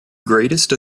greatest